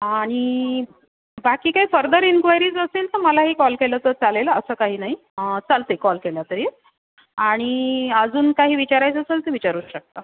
आणि बाकी काही फर्दर एन्क्वायरीज् असेल तर मलाही कॉल केलं तर चालेल असं काही नाही चालते कॉल केला तरी आणि अजून काही विचारायचं असेल तर विचारूच शकता